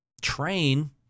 train